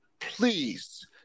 please